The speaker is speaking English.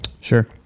sure